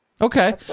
Okay